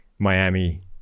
Miami